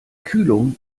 kühlung